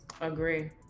Agree